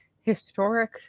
historic